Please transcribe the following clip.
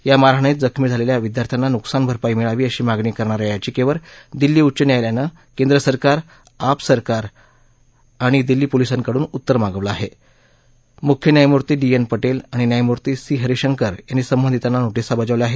या मारहाणीत जखमी झालेल्या विद्यार्थ्यांना नुकसान भरपाई मिळावी अशी मागणी करणाऱ्या याचिकेवर दिल्ली उच्च न्यायालयानं केंद्र सरकार आप सरकार आणि दिल्ली पोलिसांकडून उत्तर मागवलं आहे मुख्य न्यायमूर्ती डी एन परिके आणि न्यायमूर्ती सी हरिशंकर यांनी संबंधिताना नोरिकेा बजावल्या आहेत